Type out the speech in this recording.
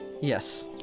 Yes